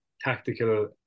tactical